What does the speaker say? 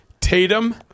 Tatum